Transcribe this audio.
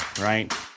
right